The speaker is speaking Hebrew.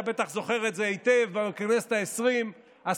אתה בטח זוכר את זה היטב: בכנסת העשרים עסקנו